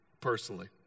personally